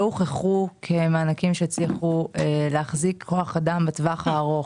הוכחו כמענקים שהצליחו להחזיק כוח אדם בטווח הארוך.